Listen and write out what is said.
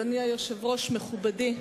אדוני היושב-ראש, מכובדי,